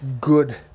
good